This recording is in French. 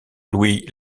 louis